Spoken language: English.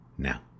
Now